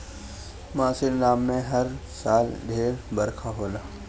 मासिनराम में हर साल ढेर बरखा होला